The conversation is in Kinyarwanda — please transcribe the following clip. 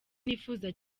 nifuza